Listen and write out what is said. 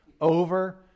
over